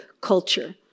culture